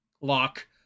lock